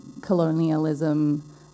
colonialism